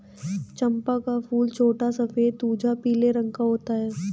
चंपा का फूल छोटा सफेद तुझा पीले रंग का होता है